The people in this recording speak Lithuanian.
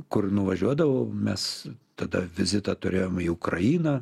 kur nuvažiuodavau mes tada vizitą turėjom į ukrainą